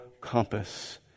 compass